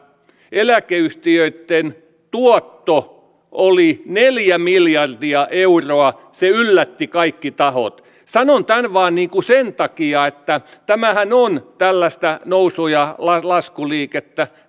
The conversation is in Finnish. eläkeyhtiöitten tuotto oli neljä miljardia euroa se yllätti kaikki tahot sanon tämän vain sen takia että näittenhän tuottoarviot tuottoprosentit ovat tällaista nousu ja laskuliikettä